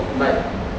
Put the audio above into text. but